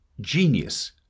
Genius